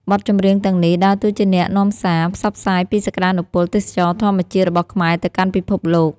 បទចម្រៀងទាំងនេះដើរតួជាអ្នកនាំសារ ផ្សព្វផ្សាយពីសក្ដានុពលទេសចរណ៍ធម្មជាតិរបស់ខ្មែរទៅកាន់ពិភពលោក។